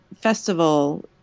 festival